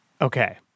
Okay